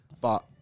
but-